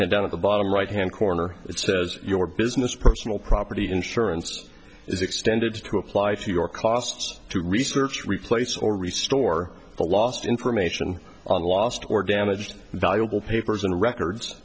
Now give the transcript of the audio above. and down at the bottom right hand corner it says your business personal property insurance is extended to apply to your costs to research replace or resource a lost information on lost or damaged valuable papers and records